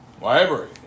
Library